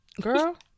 Girl